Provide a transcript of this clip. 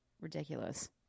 Ridiculous